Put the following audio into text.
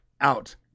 out